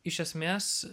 iš esmės